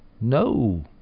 no